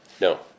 No